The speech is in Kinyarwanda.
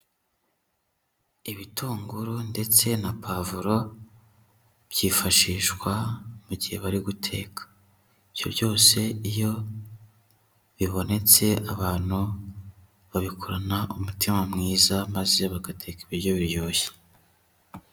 Ibitunguru ndetse na pavuro, byifashishwa mu gihe bari guteka. Ibyo byose iyo bibonetse abantu babikorana umutima mwiza, maze bagateka ibiryo biryoshye.